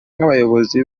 nk’abayobozi